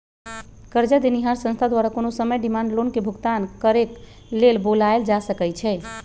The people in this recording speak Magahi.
करजा देनिहार संस्था द्वारा कोनो समय डिमांड लोन के भुगतान करेक लेल बोलायल जा सकइ छइ